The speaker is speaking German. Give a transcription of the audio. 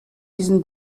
diesen